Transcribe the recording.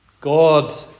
God